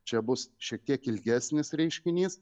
čia bus šiek tiek ilgesnis reiškinys